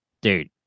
dude